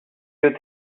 you